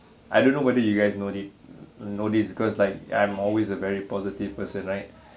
I don't know whether you guys know it know this because like I'm always a very positive person right